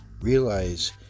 realize